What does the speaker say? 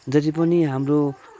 जति पनि हाम्रो